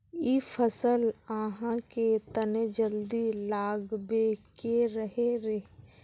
इ फसल आहाँ के तने जल्दी लागबे के रहे रे?